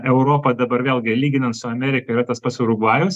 europa dabar vėlgi lyginant su amerika yra tas pats urugvajus